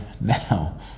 now